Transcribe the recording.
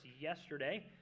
Yesterday